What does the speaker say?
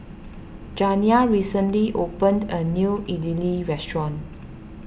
Janiah recently opened a new Idili restaurant